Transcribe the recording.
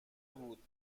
بود